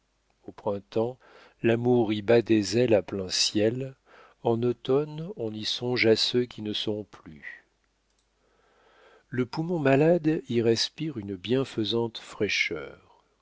au printemps l'amour y bat des ailes à plein ciel en automne on y songe à ceux qui ne sont plus le poumon malade y respire une bienfaisante fraîcheur